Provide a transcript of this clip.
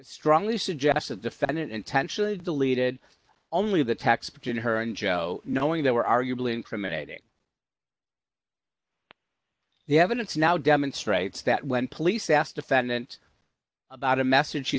strongly suggests the defendant intentionally deleted only the tax between her and joe knowing they were arguably incriminating the evidence now demonstrates that when police asked defendant about a message she